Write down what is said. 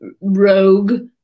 rogue